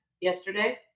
yesterday